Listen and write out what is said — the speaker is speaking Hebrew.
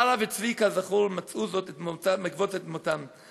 שרה וצבי, כזכור, מצאו בעקבות זאת את מותם.